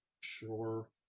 Sure